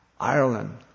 Ireland